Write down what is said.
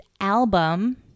album